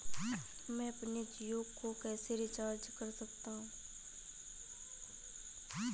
मैं अपने जियो को कैसे रिचार्ज कर सकता हूँ?